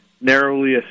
Narrowly